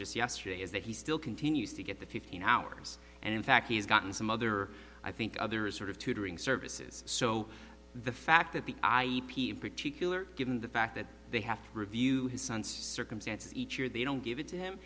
just yesterday is that he still continues to get the fifteen hours and in fact he has gotten some other i think others sort of tutoring services so the fact that the particular given the fact that they have to review his son's circumstances each year they don't give it to him